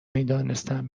میدانستم